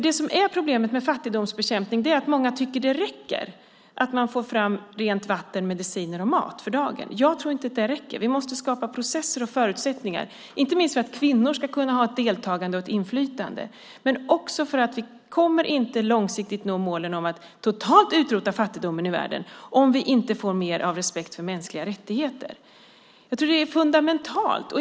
Det som är problemet med fattigdomsbekämpning är att många tycker att det räcker att man får fram rent vatten, mediciner och mat för dagen. Jag tror inte att det räcker. Vi måste skapa processer och förutsättningar, inte minst för att kvinnor ska kunna ha ett deltagande och ett inflytande. Vi kommer inte långsiktigt att nå målet att totalt utrota fattigdomen i världen om vi inte får mer av respekt för mänskliga rättigheter. Jag tror att det är fundamentalt.